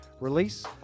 release